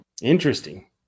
Interesting